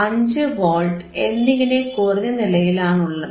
5 volt എന്നിങ്ങനെ കുറഞ്ഞ നിലയിൽ ആണുള്ളത്